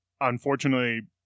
unfortunately